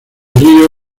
río